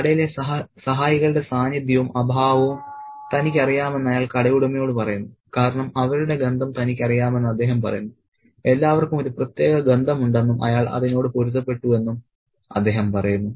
കടയിലെ സഹായികളുടെ സാന്നിധ്യവും അഭാവവും തനിക്കറിയാമെന്ന് അയാൾ കടയുടമയോട് പറയുന്നു കാരണം അവരുടെ ഗന്ധം തനിക്കറിയാമെന്ന് അദ്ദേഹം പറയുന്നു എല്ലാവർക്കും ഒരു പ്രത്യേക ഗന്ധമുണ്ടെന്നും അയാൾ അതിനോട് പൊരുത്തപ്പെട്ടു എന്നും അദ്ദേഹം പറയുന്നു